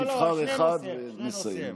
תבחר אחד ונסיים.